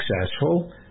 successful